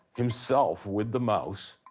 himself with the mouse,